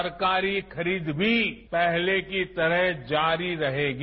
सरकारी खरीद भी पहले की तरह जारी रहेगी